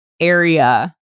area